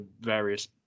various